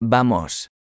Vamos